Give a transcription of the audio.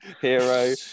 hero